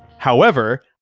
however,